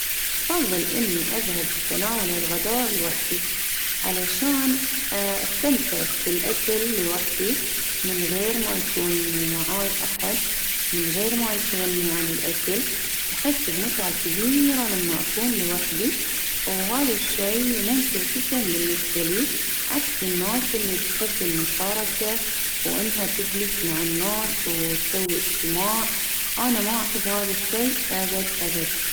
أفظل إني أذهب لتناول الغداء لوحدي علشان أستمتع في الأكل لوحدي من غير ما يكون معاي أحد، من غير ما يشغلني عن الأكل، أحس بمتعة كبيرة لما أكون لوحدي، وهذا الشي ممتع جدا بالنسبة لي عكس الناس اللي تحب المشاركة، وإنها تجلس مع الناس ،وتسوي إجتماع ،أنا ما أحب هذا الشي أبد أبد.